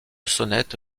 sonnette